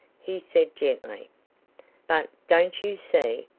he said gently but, don't you see?